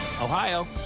Ohio